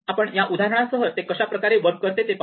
आपण उदाहरणासह ते कशा पद्धतीने वर्क करते ते पाहू